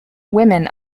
women